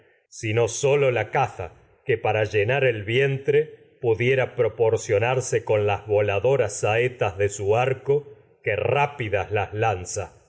sino sólo que para llenar el vientre saetas proporcionarse con las voladoras de su arco que diez años rápidas las lanza